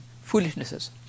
foolishnesses